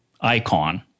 icon